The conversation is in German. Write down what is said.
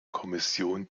kommission